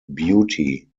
beauty